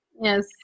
Yes